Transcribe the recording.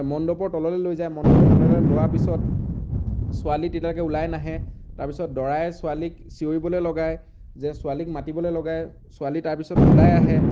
মণ্ডপৰ তললৈ লৈ যায় মণ্ডপৰ তললৈ লোৱাৰ পিছত ছোৱালী তেতিয়ালৈকে ওলাই নাহে তাৰ পিছত দৰাই ছোৱালীক চিঞৰিবলৈ লগায় যে ছোৱালীক মাতিবলৈ লগায় ছোৱালী তাৰ পিছত ওলাই আহে